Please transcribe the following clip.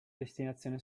destinazione